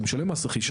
הוא משלם מס רכישה.